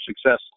success